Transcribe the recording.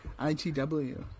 ITW